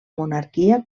monarquia